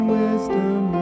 wisdom